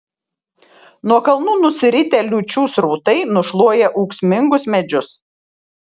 nuo kalnų nusiritę liūčių srautai nušluoja ūksmingus medžius